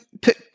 put